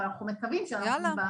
אבל אנחנו מקווים שאנחנו ---.